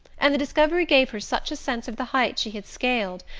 and the discovery gave her such a sense of the heights she had scaled,